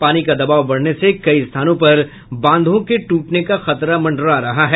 पानी का दबाव बढ़ने से कई स्थानों पर बांधों के ट्टने का खतरा मंडरा रहा है